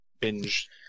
binge